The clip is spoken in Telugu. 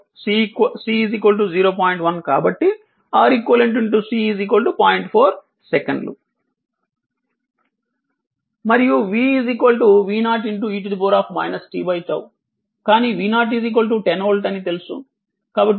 మరియు v V0 e t 𝜏 కాని V0 10 వోల్ట్ అని తెలుసు